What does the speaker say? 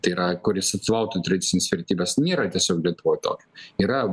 tai yra kuris atstovautų tradicines vertybes nėra tiesiog lietuvoj tokio yra